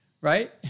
right